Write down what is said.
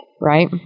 Right